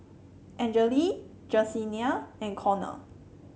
Angele Jesenia and Connor